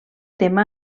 tema